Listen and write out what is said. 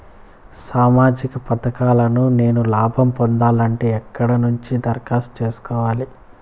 సామాజిక పథకాలను నేను లాభం పొందాలంటే ఎక్కడ నుంచి దరఖాస్తు సేసుకోవాలి?